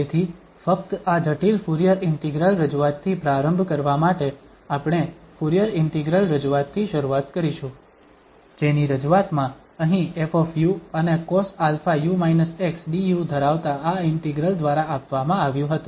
તેથી ફક્ત આ જટિલ ફુરીયર ઇન્ટિગ્રલ રજૂઆત થી પ્રારંભ કરવા માટે આપણે ફુરીયર ઇન્ટિગ્રલ રજૂઆત થી શરૂઆત કરીશું જેની રજૂઆતમાં અહીં ƒ અને cosαu−x du ધરાવતા આ ઇન્ટિગ્રલ દ્વારા આપવામાં આવ્યું હતું